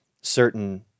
certain